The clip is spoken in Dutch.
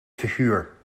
figuur